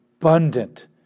abundant